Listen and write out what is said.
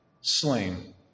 slain